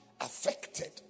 affected